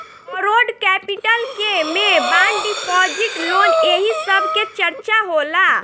borrowed capital के में bond deposit loan एही सब के चर्चा होला